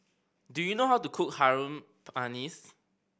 do you know how to cook Harum Manis